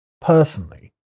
personally